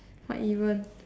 what even